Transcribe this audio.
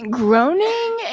groaning